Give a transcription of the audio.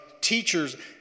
teachers